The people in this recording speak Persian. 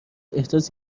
احداث